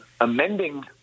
amending